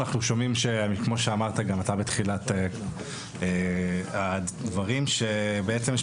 אנחנו שומעים שכמו שאמרת גם אתה בתחילת הדברים שבעצם,